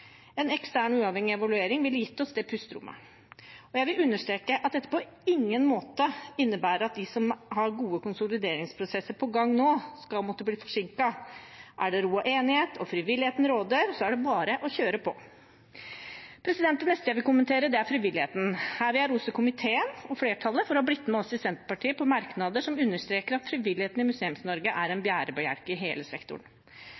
En ekstern uavhengig evaluering ville ha gitt oss det pusterommet. Jeg vil understreke at dette på ingen måte innebærer at de som har gode konsolideringsprosesser på gang nå, skal måtte bli forsinket. Er det ro og enighet og frivilligheten råder, er det bare å kjøre på. Det neste jeg vil kommentere, er frivilligheten. Her vil jeg rose komiteen og flertallet for å ha blitt med oss i Senterpartiet på merknader som understreker at frivilligheten i Museums-Norge er en bærebjelke i hele sektoren.